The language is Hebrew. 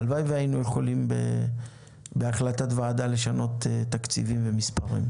הלוואי והיינו יכולים בהחלטת ועדה לשנות תקציבים ומספרים.